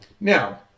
Now